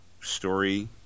story